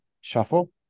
shuffle